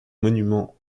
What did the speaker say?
monuments